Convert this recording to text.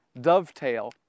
dovetail